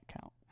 count